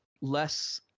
less